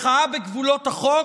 מחאה בגבולות החוק,